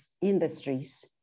industries